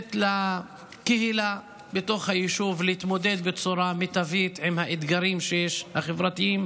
מאפשרת לקהילה בתוך היישוב להתמודד בצורה מיטבית עם האתגרים החברתיים